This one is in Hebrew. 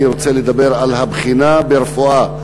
אני רוצה לדבר על הבחינה ברפואה.